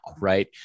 right